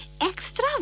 Extra